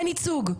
אין ייצוג.